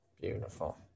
Beautiful